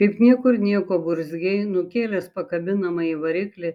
kaip niekur nieko burzgei nukėlęs pakabinamąjį variklį